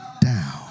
down